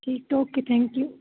ਠੀਕ okay thank you